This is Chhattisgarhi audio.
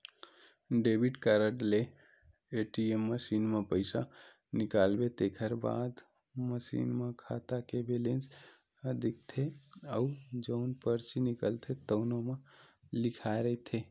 डेबिट कारड ले ए.टी.एम मसीन म पइसा निकालबे तेखर बाद मसीन म खाता के बेलेंस ह दिखथे अउ जउन परची निकलथे तउनो म लिखाए रहिथे